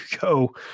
go